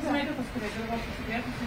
medikus kurie dirbo su užsikrėtusiais